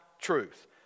truth